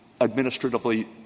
administratively